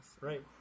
Right